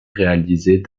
réalisées